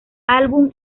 álbum